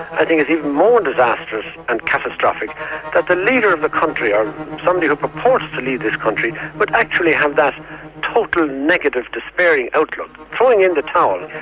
i think it's even more disastrous and catastrophic that the leader of the country, or somebody who purports to lead this country, would actually have that total negative despairing outlook, throwing in the towel.